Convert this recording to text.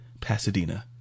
Pasadena